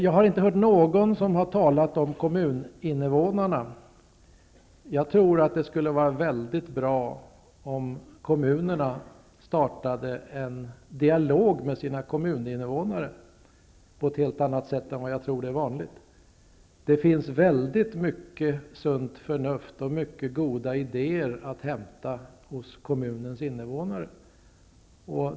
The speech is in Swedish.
Jag har inte hört någon tala om kommuninvånarna. Jag tycker att det skulle vara bra om kommunerna startade en dialog med sina kommuninvånare på ett helt annat sätt än vad jag tror är vanligt. Det finns mycket sunt förnuft och goda idéer att hämta hos kommunernas invånare.